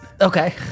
Okay